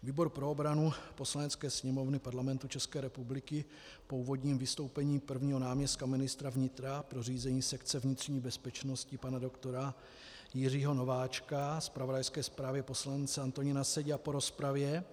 Výbor pro obranu Poslanecké sněmovny Parlamentu České republiky po úvodním vystoupení prvního náměstka ministra vnitra pro řízení sekce vnitřní bezpečnosti pana doktora Jiřího Nováčka, zpravodajské zprávě poslance Antonína Sedi a po rozpravě